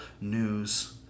news